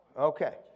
Okay